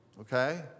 okay